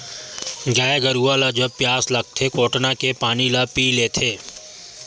गाय गरुवा ल जब पियास लागथे कोटना के पानी ल पीय लेथे